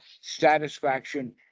satisfaction